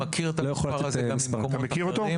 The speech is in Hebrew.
אני לא יכול לתת לזה מספר.